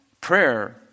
prayer